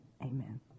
Amen